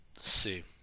see